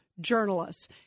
journalists